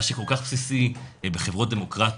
מה שכל כך בסיסי בחברות דמוקרטיות,